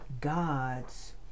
God's